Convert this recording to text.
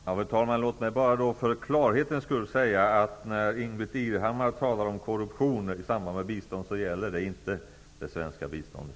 Fru talman! Låt mig för klarhetens skull säga att när Ingbritt Irhammar talar om korruption i samband med bistånd gäller det inte det svenska biståndet.